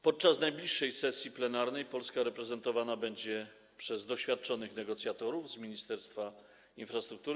Podczas najbliższej sesji plenarnej Polska reprezentowana będzie przez doświadczonych negocjatorów z Ministerstwa Infrastruktury,